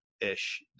ish